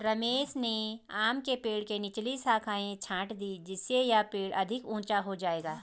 रमेश ने आम के पेड़ की निचली शाखाएं छाँट दीं जिससे यह पेड़ अधिक ऊंचा हो जाएगा